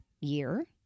year